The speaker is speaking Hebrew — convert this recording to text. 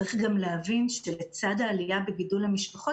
צריך גם להבין שלצד העלייה בגידול המשפחות,